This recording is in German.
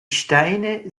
steine